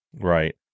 Right